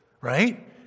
right